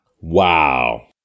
Wow